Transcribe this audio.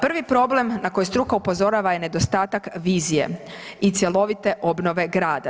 Prvi problem na koji struka upozorava je nedostatak vizije i cjelovite obnove grada.